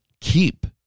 keep